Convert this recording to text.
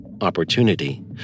opportunity